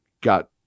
got